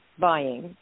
buying